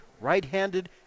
right-handed